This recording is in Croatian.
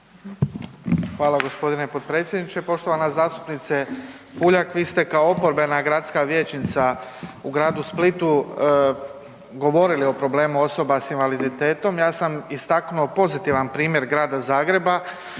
Hvala gospodine potpredsjedniče. Poštovana zastupnice Puljak vi ste kao oporbena gradska vijećnica u gradu Splitu govorili o problemu osoba s invaliditetom, ja sam istaknuo pozitivan primjer Grada Zagreba.